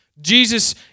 Jesus